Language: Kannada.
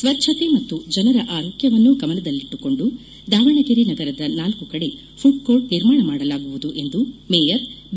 ಸ್ವಚ್ದತೆ ಮತ್ತು ಜನರ ಆರೋಗ್ಯವನ್ನು ಗಮನದಲ್ಲಿ ಇಟ್ಟುಕೊಂಡು ದಾವಣಗೆರೆ ನಗರದ ನಾಲ್ಕು ಕಡೆ ಫುಡ್ಕೋರ್ಟ್ ನಿರ್ಮಾಣ ಮಾಡಲಾಗುವುದು ಎಂದು ಮೇಯರ್ ಬಿ